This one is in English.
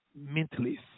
mentally